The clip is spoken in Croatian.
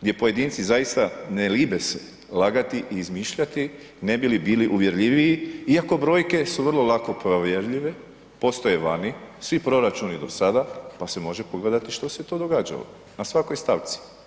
gdje pojedinci zaista ne libe se lagati i izmišljati ne bi li bili uvjerljiviji iako brojke su vrlo lako provjerljive, postoje vani svi proračuni do sada pa može pogledati što se to događalo na svakoj stavci.